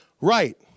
right